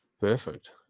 Perfect